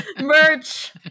Merch